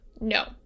no